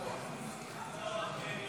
נגד.